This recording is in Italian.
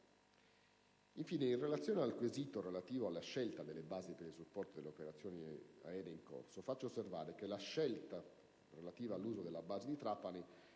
Infine, con riferimento al quesito relativo alla scelta delle basi militari per il supporto delle operazioni aeree in corso, faccio osservare che la scelta per l'uso della base di Trapani